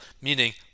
meaning